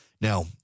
Now